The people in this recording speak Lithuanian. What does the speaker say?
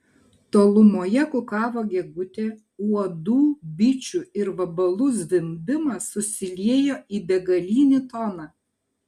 tolumoje kukavo gegutė uodų bičių ir vabalų zvimbimas susiliejo į begalinį toną